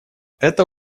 это